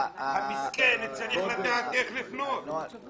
צריך לדעת איך לפנות,